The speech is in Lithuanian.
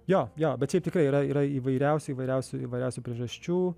jo jo bet šiaip tikrai yra yra įvairiausių įvairiausių įvairiausių priežasčių